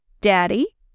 Daddy